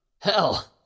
Hell